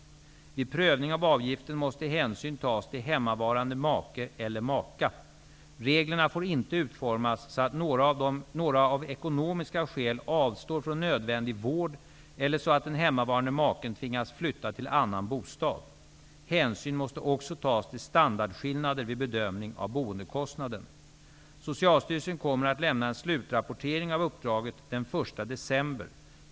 Vid prövning av avgiften måste hänsyn tas till hemmavarande make eller maka. Reglerna får inte utformas så att några av ekonomiska skäl avstår från nödvändig vård eller så att den hemmavarande maken tvingas flytta till annan bostad. Hänsyn måste också tas till standardskillnader vid bedömning av boendekostnaden. Socialstyrelsen kommer att lämna en slutrapportering av uppdraget den 1 december.